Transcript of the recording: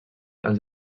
als